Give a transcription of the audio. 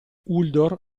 uldor